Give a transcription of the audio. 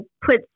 put